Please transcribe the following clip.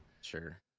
Sure